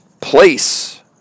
place